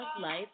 Life